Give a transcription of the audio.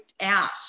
out